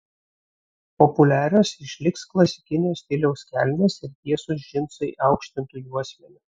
populiarios išliks klasikinio stiliaus kelnės ir tiesūs džinsai aukštintu juosmeniu